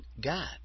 God